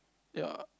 ya